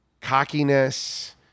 cockiness